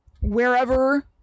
wherever